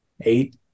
Eight